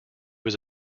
was